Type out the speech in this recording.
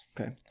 Okay